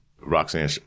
Roxanne